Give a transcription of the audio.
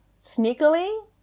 sneakily